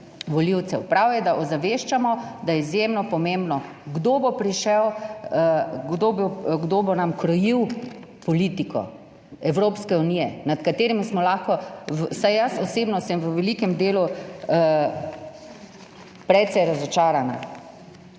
Prav je, da ozaveščamo, da je izjemno pomembno, kdo bo prišel, kdo bo, kdo bo nam krojil politiko Evropske unije, nad katerim smo lahko, vsaj jaz osebno sem v velikem delu precej razočarana.